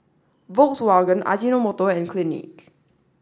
Volkswagen Ajinomoto and Clinique